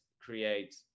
create